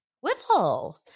Whipple